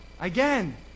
Again